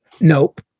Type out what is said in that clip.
Nope